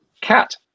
Cat